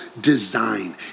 design